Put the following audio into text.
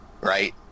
Right